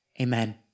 Amen